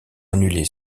annuler